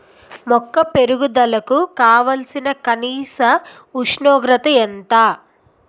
మొక్క పెరుగుదలకు కావాల్సిన కనీస ఉష్ణోగ్రత ఎంత?